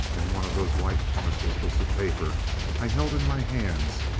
and one of those white parcels was the paper i held in my hands,